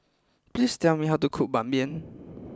please tell me how to cook Ban Mian